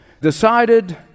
decided